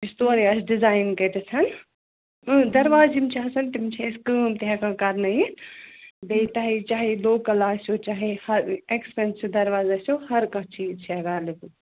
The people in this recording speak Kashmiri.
یُس تورُے آسہِ ڈِزایِن کٔرِتھ دروازٕ یِم چھِ آسَن تِم چھِ أسۍ کٲم تہِ ہٮ۪کان کَرنٲیِتھ بیٚیہِ تۄہہِ چاہے لوکَل آسیو چاہے ہر ایکٕسپٮ۪نسِو دَرواز آسیو ہر کانٛہہ چیٖز چھِ اٮ۪ویلیبٕل